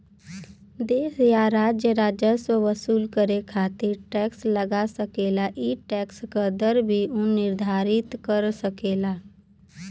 देश या राज्य राजस्व वसूल करे खातिर टैक्स लगा सकेला ई टैक्स क दर भी उ निर्धारित कर सकेला